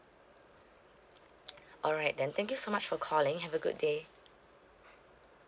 alright then thank you so much for calling have a good day